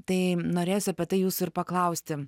tai norėjosi apie tai jūsų ir paklausti